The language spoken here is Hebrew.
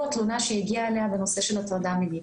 התלונה שהגיעה אליה בנושא של הטרדה מינית.